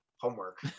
homework